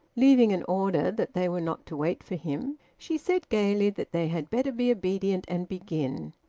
leaving an order that they were not to wait for him, she said gaily that they had better be obedient and begin,